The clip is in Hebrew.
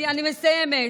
אני מסיימת.